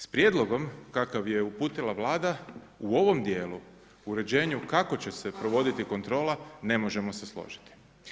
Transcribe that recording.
S prijedlogom kakav je uputila Vlada u ovom dijelu uređenju kako će se provoditi kontrola, ne možemo se složiti.